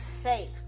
safe